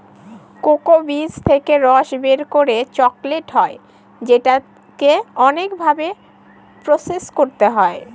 cocoa বীজ থেকে রস বের করে চকলেট হয় যেটাকে অনেক ভাবে প্রসেস করতে হয়